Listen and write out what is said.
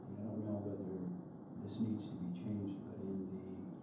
i don't know whether this needs to be changed, but in the,